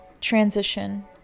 transition